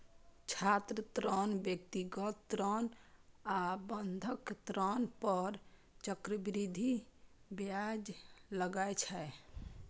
छात्र ऋण, व्यक्तिगत ऋण आ बंधक ऋण पर चक्रवृद्धि ब्याज लागै छै